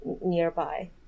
nearby